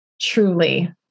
truly